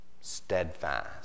steadfast